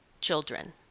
children